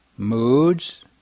Moods